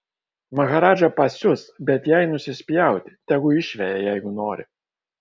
maharadža pasius bet jai nusispjauti tegu išveja jeigu nori